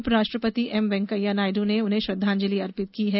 उपराष्ट्रपति एम वेंकैया नायड् ने उन्हें श्रद्वांजलि अर्पित की है